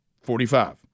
Forty-five